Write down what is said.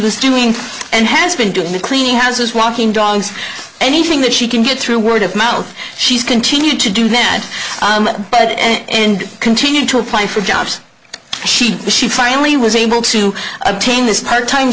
was doing and has been doing the cleaning houses walking dogs anything that she can get through word of mouth she's continued to do that and continue to apply for jobs she she finally was able to obtain this part time